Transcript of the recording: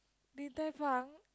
Din Tai Fung